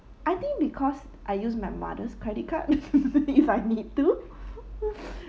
I think because I use my mother's credit card if I need to